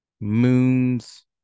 moons